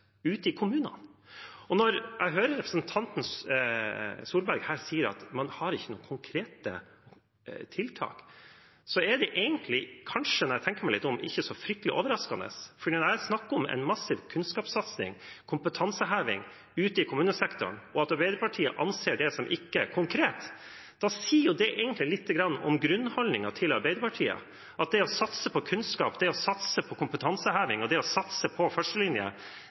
ute i kommunene. Når jeg hører representanten Tvedt Solberg si at man ikke har noen konkrete tiltak, er det, når jeg tenker meg litt om, egentlig ikke så fryktelig overraskende, for når jeg snakker om en massiv kunnskapssatsing og kompetanseheving ute i kommunesektoren, og Arbeiderpartiet anser det som ikke konkret, sier det egentlig litt om grunnholdningen til Arbeiderpartiet: at det å satse på kunnskap, det å satse på kompetanseheving, det å satse på